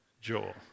Joel